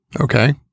Okay